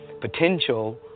Potential